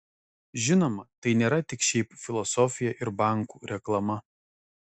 žinoma tai nėra tik šiaip filosofija ir bankų reklama